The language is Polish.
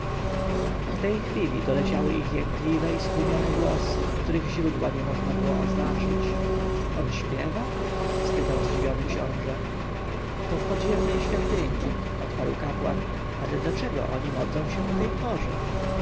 w tej chwili doleciały ich jękliwe i stłumione głosy których źródła nie można było oznaczyć on śpiewa spytał zdziwiony książę to w podziemnej świątyni odparł kapłan ale dlaczego oni modlą się o tej porze